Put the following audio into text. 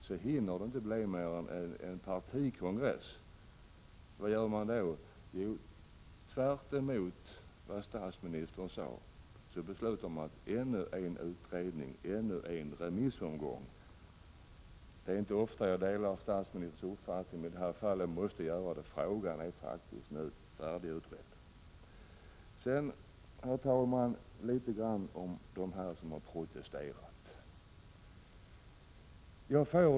Sedan hinner det inte bli mer än en partikongress så gör man tvärtemot vad statsministern har sagt och beslutar om ännu en utredning och ännu en remissomgång. Det är inte ofta jag delar statsministerns uppfattning, men i det här fallet måste jag göra det, för frågan är faktiskt färdigutredd. Herr talman! Sedan litet om dem som har protesterat.